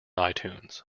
itunes